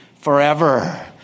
forever